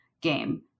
game